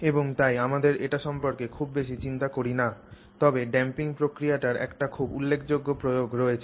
এবং তাই আমরা এটি সম্পর্কে খুব বেশি চিন্তা করি না তবে ড্যাম্পিং প্রক্রিয়াটির একটি খুব উল্লেখযোগ্য প্রয়োগ রয়েছে